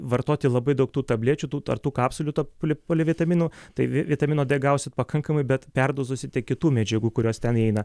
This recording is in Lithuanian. vartoti labai daug tų tablečių tų ar tų kapsulių poli polivitaminų tai vi vitamino d gausie pakankamai bet perdozuosit kitų medžiagų kurios ten įeina